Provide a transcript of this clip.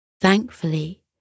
Thankfully